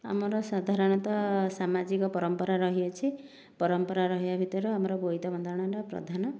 ଆମର ସାଧାରଣତଃ ସାମାଜିକ ପରମ୍ପରା ରହିଅଛି ପରମ୍ପରା ରହିବା ଭିତରେ ଆମର ବୋଇତ ବନ୍ଦାଣଟା ପ୍ରଧାନ